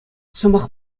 сӑмах